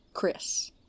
Chris